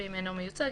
ואם אינו מיוצג,